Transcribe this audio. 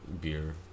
beer